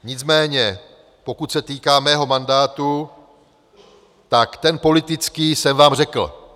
Nicméně pokud se týká mého mandátu, ten politický jsem vám řekl.